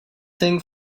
thing